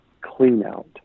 clean-out